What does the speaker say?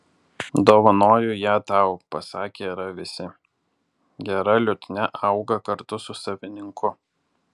dovanoju ją tau pasakė ravisi gera liutnia auga kartu su savininku